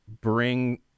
bring